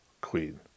Queen